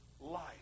life